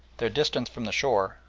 their distance from the shore,